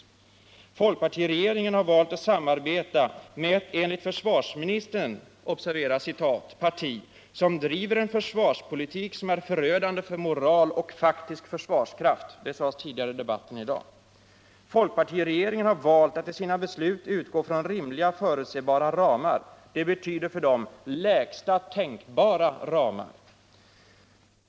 Folkpartiregeringen har valt att samarbeta med ett parti som enligt försvarsministern ”driver en försvarspolitik som är förödande för moral och faktisk försvarskraft” — det sades i debatten tidigare i dag. Folkpartiregeringen har valt att i sina förslag utgå från rimliga förutsebara ramar. Det betyder för den: lägsta tänkbara ramar.